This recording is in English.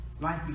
Life